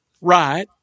Right